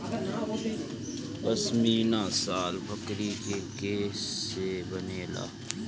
पश्मीना शाल बकरी के केश से बनेला